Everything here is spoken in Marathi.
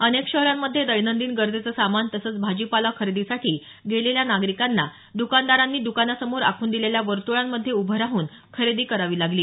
अनेक शहरांमध्ये दैनंदिन गरजेचं सामान तसंच भाजीपाला खरेदीसाठी गेलेल्या नागरिकांना दुकानदारांनी दुकानासमोर आखून दिलेल्या वर्तूळांमध्ये उभं राहून खरेदी करावी लागली